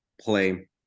play